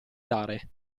dare